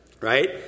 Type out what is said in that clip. Right